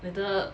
later